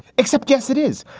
except, yes, it is.